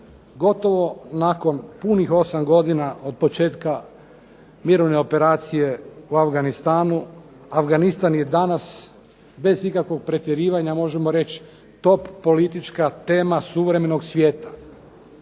gotovo nakon punih 8 godina od početka mirovne operacije u Afganistanu, Afganistan je danas bez ikakvog pretjerivanja možemo reći top politička tema suvremenog svijeta.